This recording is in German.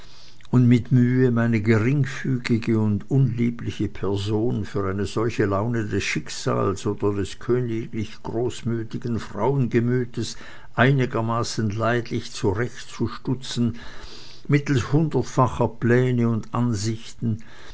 und mit mühe meine geringfügige und unliebliche person für eine solche laune des schicksals oder des königlich großmütigen frauengemütes einigermaßen leidlich zurechtzustutzen mittelst hundertfacher pläne und aussichten